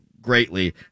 greatly